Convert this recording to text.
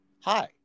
Hi